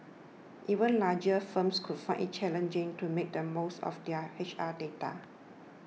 even larger firms could find it challenging to make the most of their H R data